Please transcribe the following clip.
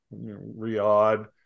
Riyadh